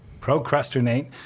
procrastinate